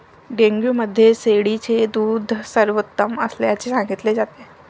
dengue मध्ये शेळीचे दूध सर्वोत्तम असल्याचे सांगितले जाते